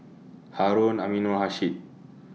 Harun Aminurrashid